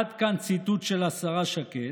עד כאן ציטוט של השרה שקד,